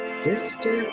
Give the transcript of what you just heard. sister